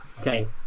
Okay